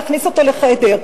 תכניס אותי לחדר.